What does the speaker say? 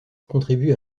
contribue